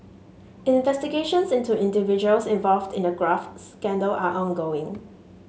investigations into individuals involved in the graft scandal are ongoing